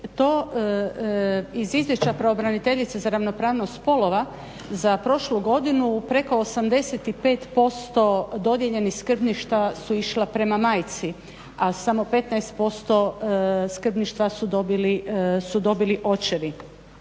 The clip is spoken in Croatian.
to iz izvješća pravobraniteljice za ravnopravnost spolova, za prošlu godinu preko 85% dodijeljenih skrbništva su išla prema majci a samo 15% skrbništva su dobili očevi.